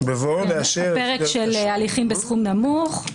פרק של הליכים בסכום נמוך.